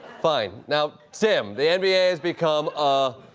fine. now, tim, the nba has become a.